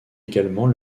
également